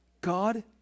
God